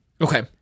Okay